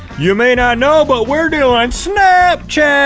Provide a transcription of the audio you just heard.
you may not know, but we're doing ah and snapchat!